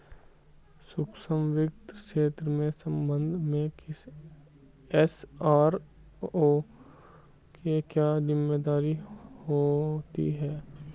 सूक्ष्म वित्त क्षेत्र के संबंध में किसी एस.आर.ओ की क्या जिम्मेदारी होती है?